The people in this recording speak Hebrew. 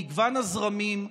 מגוון הזרמים,